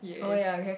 oh ya we have